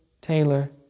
Taylor